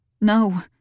No